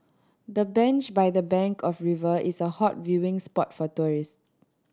the bench by the bank of the river is a hot viewing spot for tourist